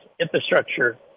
infrastructure